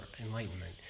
enlightenment